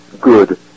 good